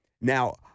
now